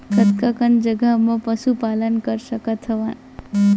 कतका कन जगह म पशु पालन कर सकत हव?